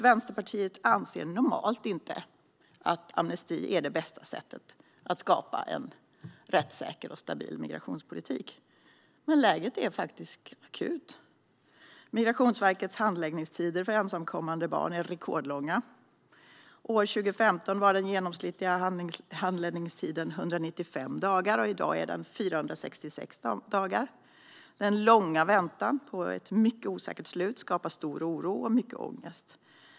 Vänsterpartiet anser normalt inte att amnesti är det bästa sättet att skapa en rättssäker och stabil migrationspolitik, men läget är faktiskt akut. Migrationsverkets handläggningstider för ensamkommande barn är rekordlånga. År 2015 var den genomsnittliga handläggningstiden 195 dagar, och i dag är den 466 dagar. Den långa väntan på ett mycket osäkert slut skapar stor oro och mycket ångest.